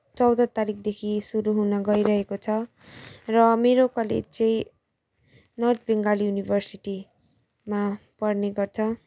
चौध तरिकदेखि सुरु हुन गइरहेको छ र मेरो कलेज चाहिँ नर्थ बङ्गाल युनिभर्सिटीमा पर्ने गर्छ